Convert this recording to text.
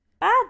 bad